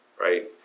Right